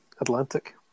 Atlantic